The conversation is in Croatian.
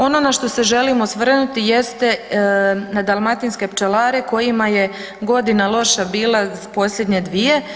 Ono na što se želim osvrnuti jeste na dalmatinske pčelare kojima je godina loša bila posljednje dvije.